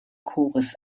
chores